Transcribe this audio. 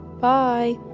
Bye